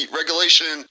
regulation